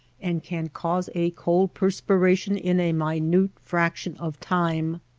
and can cause a cold perspiration in a minute fraction of time.